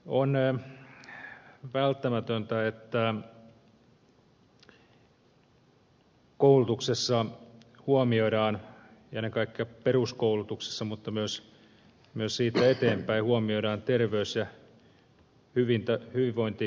on välttämätöntä että koulutuksessa huomioidaan ennen kaikkea peruskoulutuksessa mutta myös siitä eteenpäin terveys ja hyvinvointikysymykset